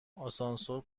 آسانسور